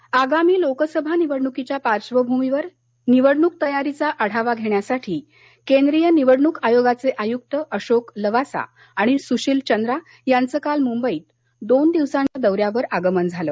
निवडणक आयोग आगामी लोकसभा निवडणूकीच्या पार्श्वभूमीवर निवडणूक तयारीचा आढावा घेण्यासाठी केंद्रीय निवडणूक आयोगाचे आयुक्त अशोक लवासा आणि सुशील चंद्रा यांचं काल मुंबईत दोन दिवसांच्या दौऱ्यावर आगमन झालं